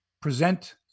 present